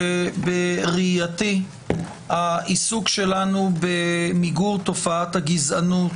שבראייתי העיסוק שלנו במיגור תופעת הגזענות,